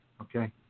okay